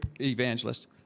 evangelist